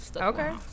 Okay